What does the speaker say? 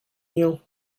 new